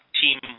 Team